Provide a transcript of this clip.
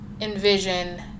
envision